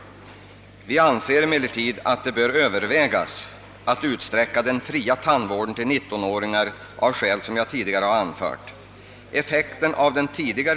Men vi anser att det bör övervägas om inte den fria tandvården av de skäl som jag tidigare anfört kan utsträckas till 19 år.